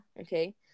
okay